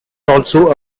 also